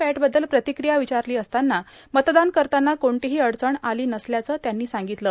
पॅटबद्दल प्रतिक्रिया विचारली असता मतदान करतांना कोणतीही अडचण आली नसल्याचं त्यांनी सांगितलं